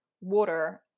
water